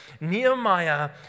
Nehemiah